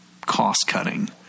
cost-cutting